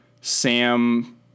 Sam